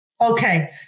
Okay